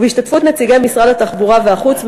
ובהשתתפות נציגי משרדי התחבורה והחוץ,